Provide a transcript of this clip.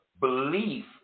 belief